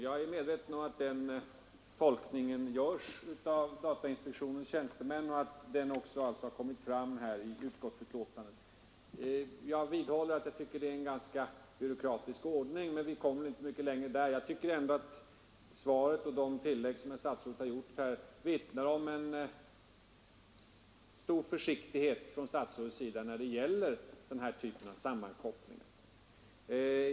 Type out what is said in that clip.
Jag är medveten om att den tolkningen görs av datainspektionens tjänstemän, och den har som sagt kommit fram i utskottsbetänkandet. Jag vidhåller att jag tycker att det är en ganska byråkratisk ordning, men vi kommer väl inte mycket längre där. Jag anser ändå att svaret och de tillägg som herr statsrådet har gjort här vittnar om en stor försiktighet från statsrådets sida när det gäller denna typ av sammankoppling.